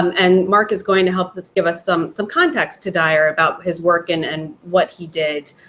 and marc is going to help us give us some some context to dyar about his work and and what he did.